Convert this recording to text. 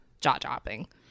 jaw-dropping